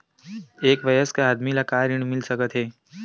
एक वयस्क आदमी ल का ऋण मिल सकथे?